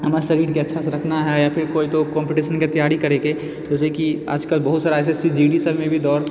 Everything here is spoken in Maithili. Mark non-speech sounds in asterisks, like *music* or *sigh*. हमरा शरीके अच्छासँ रखना है या फिर कोई तो कम्पटीशनके तैयारी करऽ के तो जैसे कि आजकल बहुत सारा *unintelligible* सबमे भी दौड़